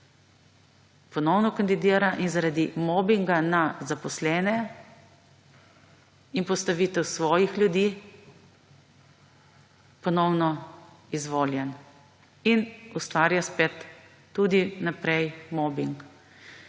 ponovno kandidira in je zaradi mobinga na zaposlene in postavitev svojih ljudi ponovno izvoljen in ustvarja spet **41.